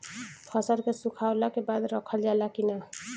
फसल के सुखावला के बाद रखल जाला कि न?